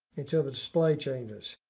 until the display changes.